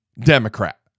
Democrat